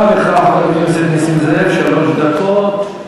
גם לך, חבר הכנסת נסים זאב, שלוש דקות.